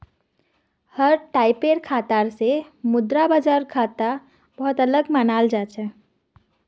हर टाइपेर खाता स मुद्रा बाजार खाता बहु त अलग मानाल जा छेक